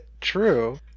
True